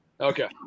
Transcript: Okay